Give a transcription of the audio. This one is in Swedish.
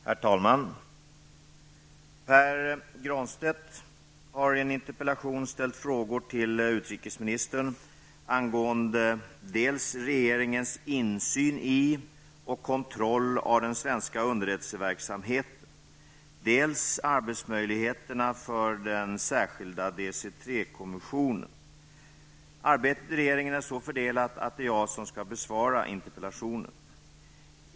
Herr talman! Pär Granstedt har i en interpellation ställt frågor till utrikesministern angående dels regeringens insyn i och kontroll av den svenska underrättelseverksamheten, dels arbetsmöjligheterna för den särskilda DC 3 kommissionen. Arbetet i regeringen är så fördelat att det är jag som skall besvara interpellationen.